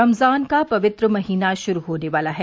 रमजान का पवित्र महीना शुरू होने वाला है